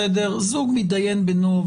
זוג מתדיין בינו,